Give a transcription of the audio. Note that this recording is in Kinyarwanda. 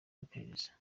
iperereza